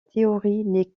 théorie